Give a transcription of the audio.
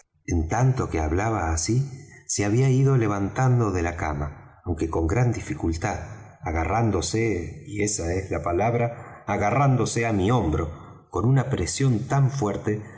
en tanto que hablaba así se había ido levantado de la cama aunque con gran dificultad agarrándose es la palabra agarrándose á mi hombro con una presión tan fuerte